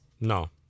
No